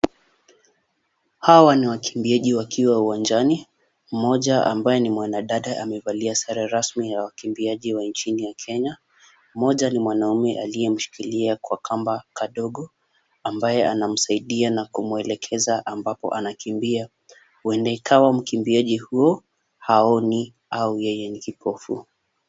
Hawa ni wakiambiaji wakiwa uwanjani, mmoja ambaye ni mwanadada amevalia sare rasmi ya wakimbiaji wa nchini ya Kenya. Mmoja ni mwanaume aliyemshikilia kwa kamba kadogo, ambaye anamsaidia na kumuelekeza ambapo anakimbia. Huenda ikawa mkimbiaji huo haoni au yeye ni kipofu.